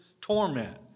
torment